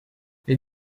les